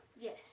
Yes